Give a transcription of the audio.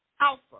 Alpha